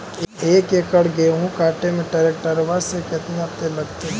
एक एकड़ गेहूं काटे में टरेकटर से केतना तेल लगतइ?